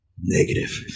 Negative